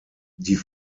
die